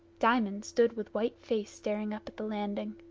diamond stood with white face staring up at the landing.